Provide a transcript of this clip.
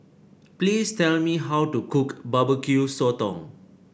please tell me how to cook Barbecue Sotong